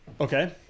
okay